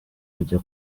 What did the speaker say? kujya